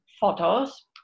photos